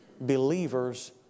Believers